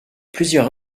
plusieurs